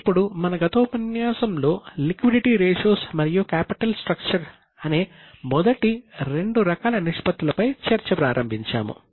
ఇప్పుడు మన గత ఉపన్యాసంలో లిక్విడిటీ రేషియోస్ అనే మొదటి రెండు రకాల నిష్పత్తులపై చర్చ ప్రారంభించాము